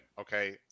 okay